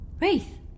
Wraith